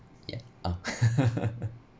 yeah oh